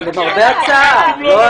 למרבה הצער.